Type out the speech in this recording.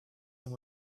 them